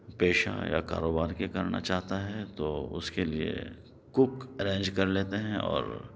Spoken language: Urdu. پیشہ یا کاروبار کے کرنا چاہتا ہے تو اس کے لئے کُک ارینج کر لیتے ہیں اور